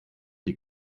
die